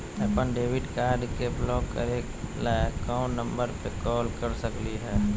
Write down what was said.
अपन debit card के block करे ला कौन नंबर पे कॉल कर सकली हई?